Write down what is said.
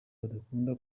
badakunda